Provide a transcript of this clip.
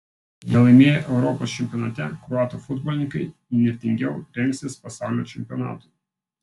nelaimėję europos čempionate kroatų futbolininkai įnirtingiau rengsis pasaulio čempionatui